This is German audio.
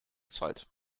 zeit